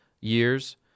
years